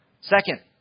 Second